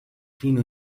fino